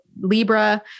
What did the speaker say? Libra